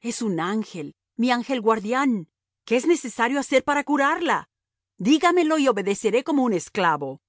es un ángel mi ángel guardián qué es necesario hacer para curarla dígamelo y obedeceré como un esclavo